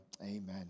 amen